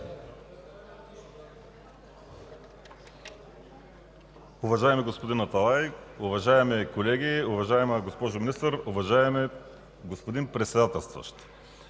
Уважаеми господин Аталай, уважаеми колеги, уважаема госпожо Министър, уважаеми господин Председателстващ!